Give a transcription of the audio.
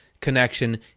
connection